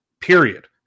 Period